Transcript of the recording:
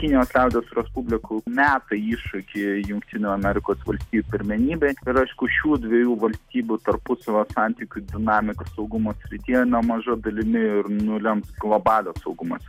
kinijos liaudies respubliku meta iššūkį jungtinių amerikos valstijų pirmenybė ir aišku šių dviejų valstybių tarpusavio santykių dinamika saugumo srityje nemaža dalimi ir nulems globalios saugumas